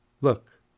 Look